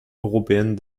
européenne